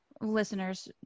listeners